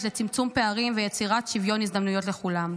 לצמצום פערים ויצירת שוויון הזדמנויות לכולם.